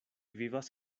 vivas